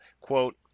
quote